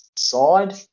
Side